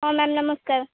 ହଁ ମ୍ୟାମ୍ ନମସ୍କାର